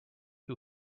who